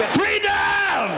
freedom